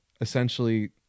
Essentially